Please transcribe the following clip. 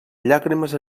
llàgrimes